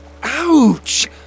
Ouch